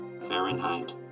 Fahrenheit